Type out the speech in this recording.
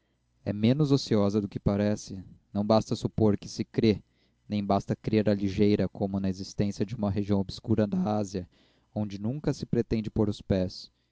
é menos ociosa do que parece não basta supor que se crê nem basta crer à ligeira como na existência de uma região obscura da ásia onde nunca se pretende pôr os pés